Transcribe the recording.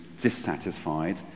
dissatisfied